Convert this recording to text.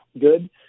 good